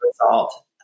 result